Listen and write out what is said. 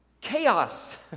chaos